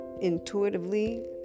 intuitively